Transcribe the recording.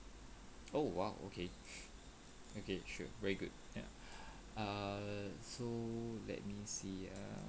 oh !wow! okay okay sure very good ya err so let me see uh